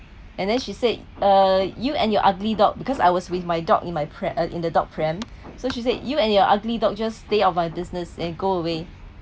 and then she said uh you and your ugly dog because I was with my dog in my pram in the dog pram so she said you and your ugly just stay out of my business and go away